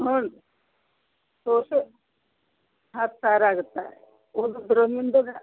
ಹ್ಞೂ ಎಷ್ಟು ಹತ್ತು ಸಾವಿರ ಆಗತ್ತಾ ಒಬ್ರು ನಿಂದದಾ